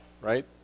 right